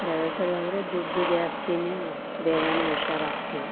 ಪ್ರೈವೇಟಲ್ಲಿ ಹೋದ್ರೆ ದುಡ್ಡು ಜಾಸ್ತಿನೇ ಬೇಗ ಹುಷಾರು ಆಗ್ತೀವಿ